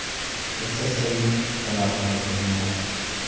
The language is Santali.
ᱮᱠᱥᱮᱥᱟᱭᱤᱡ ᱛᱟᱞᱟᱛᱮ ᱦᱚᱲᱢᱚ